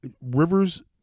Rivers